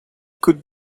could